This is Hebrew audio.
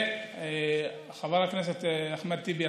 חבר הכנסת אחמד טיבי,